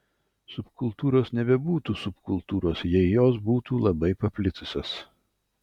subkultūros nebebūtų subkultūros jei jos būtų labai paplitusios